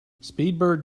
speedbird